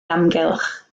amgylch